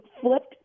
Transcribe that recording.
flipped